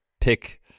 pick